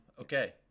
Okay